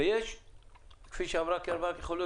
כפי שאמרה קרן ברק,